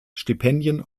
stipendien